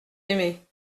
aimé